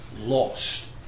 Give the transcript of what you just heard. lost